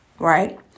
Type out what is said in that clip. right